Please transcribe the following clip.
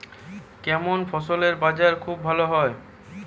কেমন ফসলের বাজার খুব ভালো হয়?